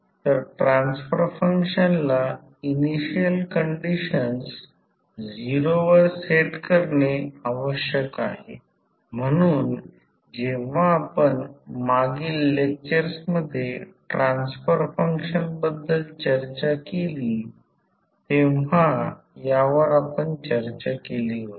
तर ट्रान्सफर फंक्शनला initial conditions 0 वर सेट करणे आवश्यक आहे म्हणून जेव्हा आपण मागील लेक्चर्स मध्ये ट्रान्सफर फंक्शन बद्दल चर्चा केली तेव्हा आपण यावर चर्चा केली होती